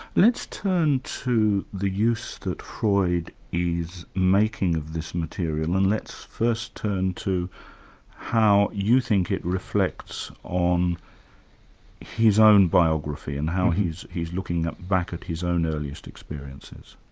let's turn to the use that freud is making of this material, and let's first turn to how you think it reflects on his own biography, and how he's he's looking back at his own earliest experiences.